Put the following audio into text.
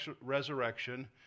resurrection